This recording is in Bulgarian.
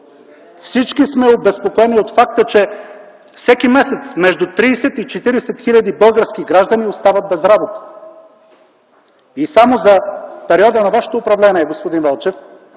Всички сме обезпокоени от факта, че всеки месец между 30 и 40 хиляди български граждани остават без работа. И само за периода на вашето управление, господин Велчев,